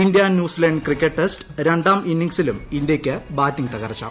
India New Zealand cricket test രണ്ടാം ഇന്നിംഗ്സിൽ ഇന്തൃയ്ക്ക് ബാറ്റിംഗ് തകർച്ചു